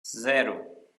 zero